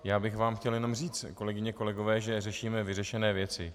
Já bych vám chtěl jenom říct, kolegyně, kolegové, že řešíme vyřešené věci.